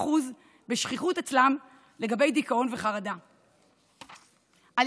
40% בשכיחות של דיכאון וחרדה אצלם,